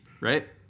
right